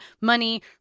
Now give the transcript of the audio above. money